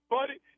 Buddy